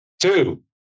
Two